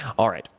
alright,